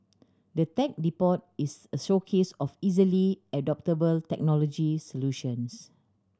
the Tech Depot is a showcase of easily adoptable technology solutions